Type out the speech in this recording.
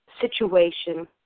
situation